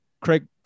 Craig